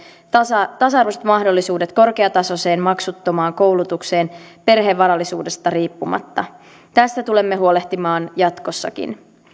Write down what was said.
tasa tasa arvoiset mahdollisuudet korkeatasoiseen maksuttomaan koulutukseen perheen varallisuudesta riippumatta tästä tulemme huolehtimaan jatkossakin